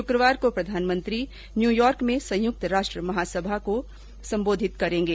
शुक्रवार को प्रधानमंत्री न्यूयॉर्क में संयुक्त राष्ट्र महासभा की बैठक को संबोधित करेंगे